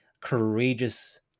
courageous